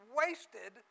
wasted